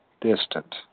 distant